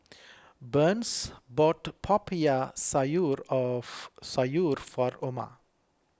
Burns bought Popiah Sayur of Sayur from Oma